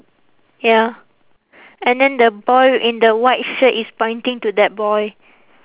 ya and then the boy in the white shirt is pointing to that boy